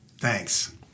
Thanks